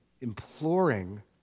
imploring